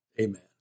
Amen